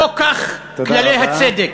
לא כך כללי הצדק.